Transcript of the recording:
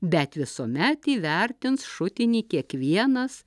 bet visuomet įvertins šutinį kiekvienas